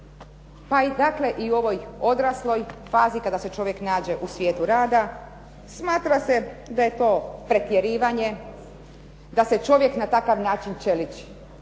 i u ovoj odrasloj fazi kada se čovjek nađe u svijetu rada, smatra se da je to pretjerivanje, da se čovjek na takav način čeliči.